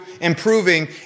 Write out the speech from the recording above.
improving